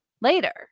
later